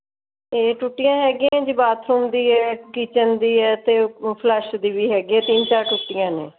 ਇਹ ਟੂਟੀਆਂ ਹੈਗੀਆਂ ਜੀ ਬਾਥਰੂਮ ਦੀ ਹੈ ਕਿਚਨ ਦੀ ਹੈ ਅਤੇ ਫਲਸ਼ ਦੀ ਵੀ ਹੈਗੀ ਹੈ ਤਿੰਨ ਚਾਰ ਟੂਟੀਆਂ ਨੇ